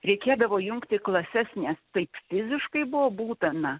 reikėdavo jungti klases nes taip fiziškai buvo būtana